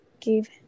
give